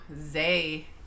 Zay